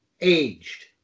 aged